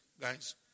guys